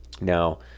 Now